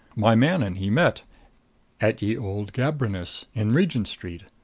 my man and he met at ye old gambrinus, in regent street.